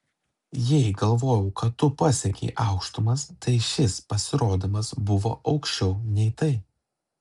jei galvojau kad tu pasiekei aukštumas tai šis pasirodymas buvo aukščiau nei tai